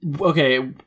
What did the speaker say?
Okay